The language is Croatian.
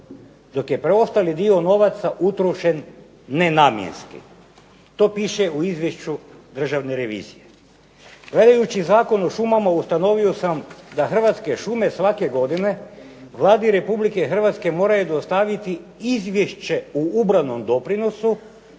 Dok je preostali dio novaca utrošen nenamjenski. To piše u izvješću Državne revizije. Gledajući Zakon o šumama ustanovio sam da Hrvatske šume svake godine Vladi Republike Hrvatske moraju dostaviti izvješće o ubranom doprinosu